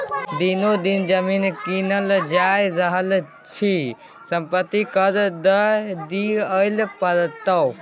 दिनो दिन जमीन किनने जा रहल छी संपत्ति कर त दिअइये पड़तौ